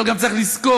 אבל גם צריך לזכור,